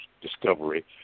Discovery